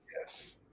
Yes